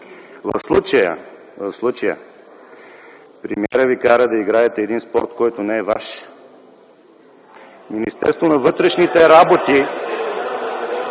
секунди. В случая премиерът Ви кара да играете един спорт, който не е Ваш. Министерство на вътрешните работи